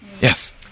Yes